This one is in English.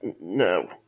No